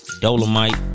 dolomite